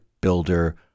builder